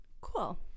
Cool